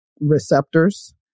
receptors